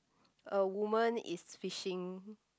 a woman is fishing